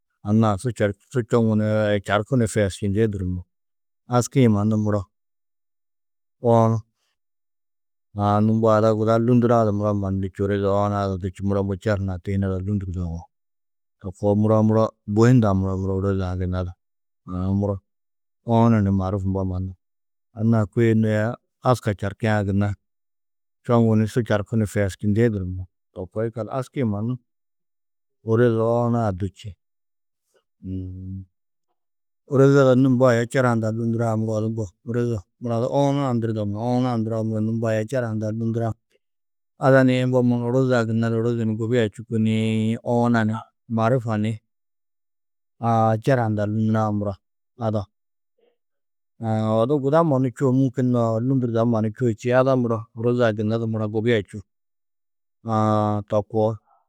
Anna-ã su čarkî su čoŋu nii čarku ni su eeščindĩ durumuu. Aski-ĩ mannu muro oonu. Aã nû mbo ada guda lûndurã du muro mannu du čî, ôroze oona-ã du čî. Muro mbo čer hunã tihinedã lûndurdo yugó. To koo, muro a muro bui hundã muro, ôroze-ã gunna du. Aã, muro oonu ni maaruf mbo mannu. Anna-ã kôe nû aya aska čarkiã gunna čoŋu su čarku ni feesčindĩ durumuu. To koo yikallu, aski-ĩ mannu ôrozi oona-ã du čî. ôroze ada nû mbo aya čera hundã lûndurã muro odu mbo, ôroze mura du oonu-ã ndurdo nuũ, oonu-ã ndurã, nû mbo aya čera hundã lûndurã. Ada nii mbo mannu ôroze-ã gunna du ôrozi ni gubia čûku nii, oona na maarufa ni aa čera hundã lûnurã muro ada. Aã odu guda mannu čûo, mûkin noo lûndurda mannu čûo čî, ada muro ôroze-ã gunna du mura gubia čûo. Aã to koo.